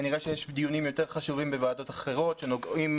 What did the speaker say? כנראה שיש דיונים יותר חשובים בוועדות אחרות שנוגעים